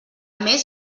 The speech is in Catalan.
més